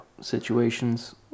situations